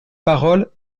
parole